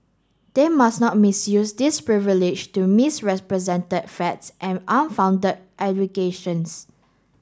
they must not misuse this privilege to misrepresented facts and unfounded aggregrations